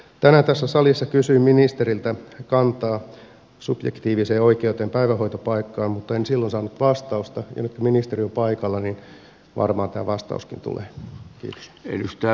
tänään tässä salissa kysyin ministeriltä kantaa subjektiiviseen oikeuteen päivähoitopaikkaan mutta en silloin saanut vastausta ja nyt kun ministeri on paikalla varmaan tämä vastauskin tulee